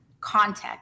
context